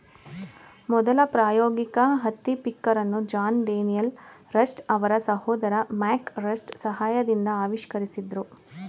ಮೊದಲ ಪ್ರಾಯೋಗಿಕ ಹತ್ತಿ ಪಿಕ್ಕರನ್ನು ಜಾನ್ ಡೇನಿಯಲ್ ರಸ್ಟ್ ಅವರ ಸಹೋದರ ಮ್ಯಾಕ್ ರಸ್ಟ್ ಸಹಾಯದಿಂದ ಆವಿಷ್ಕರಿಸಿದ್ರು